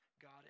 God